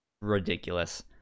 ridiculous